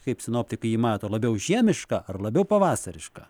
kaip sinoptikai jį mato labiau žiemišką ar labiau pavasarišką